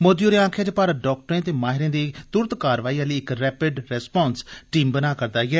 मोदी होरें आक्खेआ जे भारत डाक्टरें ते माहिरें दी तुरत कारवाई आहली इक रैपिड रेस्पांस टीम बना करदा ऐ